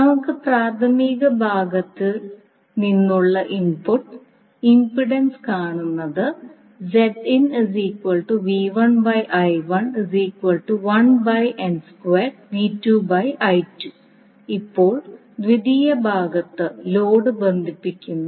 നമുക്ക് പ്രാഥമിക ഭാഗത്ത് നിന്നുള്ള ഇൻപുട്ട് ഇംപെഡൻസ് കാണുന്നത് ഇപ്പോൾ ദ്വിതീയ ഭാഗത്ത് ലോഡ് ബന്ധിപ്പിക്കുന്നു